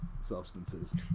substances